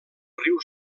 riu